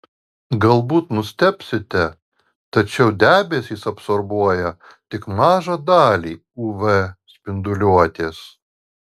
galbūt nustebsite tačiau debesys absorbuoja tik mažą dalį uv spinduliuotės